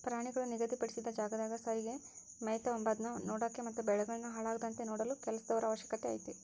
ಪ್ರಾಣಿಗಳು ನಿಗಧಿ ಪಡಿಸಿದ ಜಾಗದಾಗ ಸರಿಗೆ ಮೆಯ್ತವ ಅಂಬದ್ನ ನೋಡಕ ಮತ್ತೆ ಬೆಳೆಗಳನ್ನು ಹಾಳಾಗದಂತೆ ನೋಡಲು ಕೆಲಸದವರ ಅವಶ್ಯಕತೆ ಐತೆ